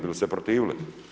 Bi li se protivili?